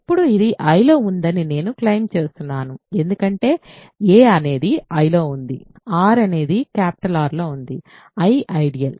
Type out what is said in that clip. ఇప్పుడు ఇది I లో ఉందని నేను క్లెయిమ్ చేస్తున్నాను ఎందుకంటే a అనేది Iలో ఉంది r అనేది R లో ఉంది I ఐడియల్